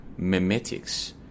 memetics